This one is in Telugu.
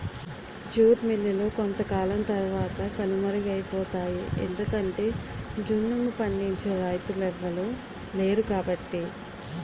జూట్ మిల్లులు కొంతకాలం తరవాత కనుమరుగైపోతాయి ఎందుకంటె జనుము పండించే రైతులెవలు లేరుకాబట్టి